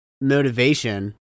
motivation